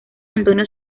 antonio